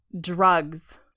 drugs